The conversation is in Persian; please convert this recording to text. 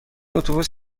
اتوبوس